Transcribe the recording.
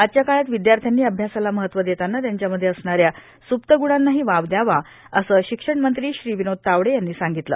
आजच्या काळात विद्यार्थ्यांनी अभ्यासाला महत्व देताना त्यांच्यामध्ये असणाऱ्या सुप्त गुणांनाही वाव द्यावा असे शिक्षणमंत्री विनोद तावडे यांनी सांगितले